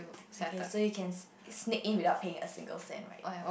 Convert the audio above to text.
okay so you can sneak in without paying a single cent right